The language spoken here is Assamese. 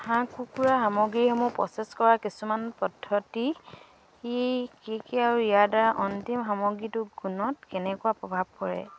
হাঁহ কুকুৰা সামগ্ৰীসমূহ প্ৰচেছ কৰা কিছুমান পদ্ধতি ই কি কি আৰু ইয়াৰদ্বাৰা অন্তিম সামগ্ৰীটো গুণত কেনেকুৱা প্ৰভাৱ কৰে